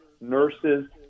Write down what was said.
nurses